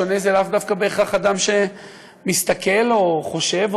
שונה זה לאו דווקא אדם שמסתכל או חושב או